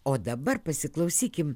o dabar pasiklausykim